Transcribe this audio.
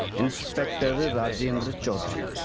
inspector rajendra chaudhary.